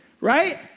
right